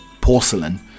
porcelain